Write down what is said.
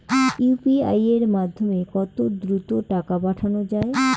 UPI এর মাধ্যমে কত দ্রুত টাকা পাঠানো যায়?